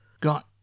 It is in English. Got